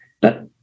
but-